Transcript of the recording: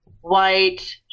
white